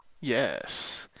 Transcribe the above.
Yes